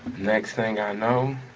next thing i know,